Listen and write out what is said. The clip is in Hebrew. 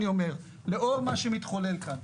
אני אומר שלאור מה שמתחולל כאן,